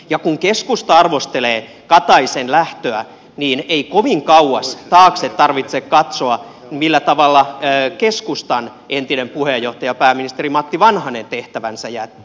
ja kun keskusta arvostelee kataisen lähtöä niin ei kovin kauas taakse tarvitse katsoa millä tavalla keskustan entinen puheenjohtaja pääministeri matti vanhanen tehtävänsä jätti